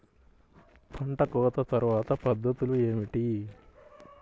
పంట కోత తర్వాత పద్ధతులు ఏమిటి?